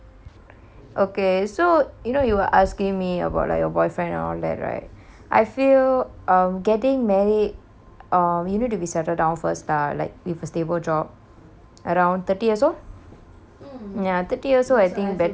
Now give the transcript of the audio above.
okay so you know you are asking me about like your boyfriend all that right I feel um getting married err you need to be settled down first lah like with a stable job around thirty years old ya thirty years old I think better lah